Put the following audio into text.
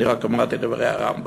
אני רק אמרתי את דברי הרמב"ם.